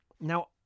now